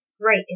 great